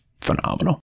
phenomenal